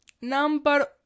number